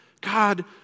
God